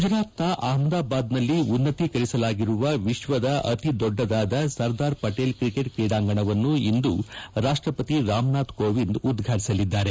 ಗುಜರಾತ್ನ ಅಹಮದಾಬಾದ್ನಲ್ಲಿ ಉನ್ನತೀಕರಿಸಲಾಗಿರುವ ವಿಶ್ವದ ಅತಿ ದೊಡ್ಡದಾದ ಸರ್ದಾರ್ ಪಟೇಲ್ ಕ್ರಿಕೆಟ್ ಕ್ರೀಡಾಂಗಣವನ್ನು ಇಂದು ರಾಷ್ಟಪತಿ ರಾಮನಾಥ್ ಕೋವಿಂದ್ ಉದ್ವಾಟಿಸಲಿದ್ದಾರೆ